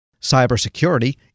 cybersecurity